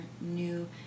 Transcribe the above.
new